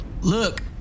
Look